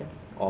早上